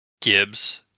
Gibbs